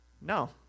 No